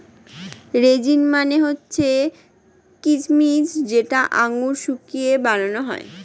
raisin মানে হচ্ছে কিচমিচ যেটা আঙুর শুকিয়ে বানানো হয়